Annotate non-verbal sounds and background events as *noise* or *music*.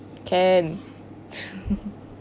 can *laughs*